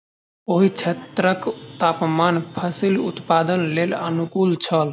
ओहि क्षेत्रक तापमान फसीलक उत्पादनक लेल अनुकूल छल